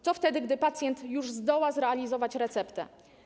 Co wtedy, gdy pacjent już zdoła zrealizować receptę?